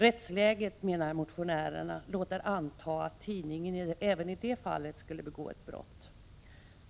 Rättsläget, skriver motionärerna, låter anta att tidningen även i det fallet skulle begå ett brott.